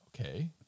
okay